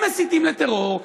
הם מסיתים לטרור,